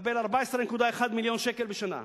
מקבל 14.1 מיליון שקלים בשנה.